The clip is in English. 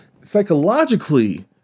psychologically